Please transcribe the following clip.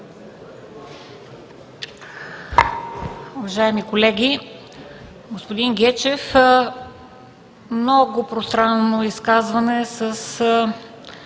Уважаеми колеги! Господин Гечев, много пространно изказване с